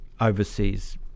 overseas